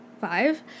five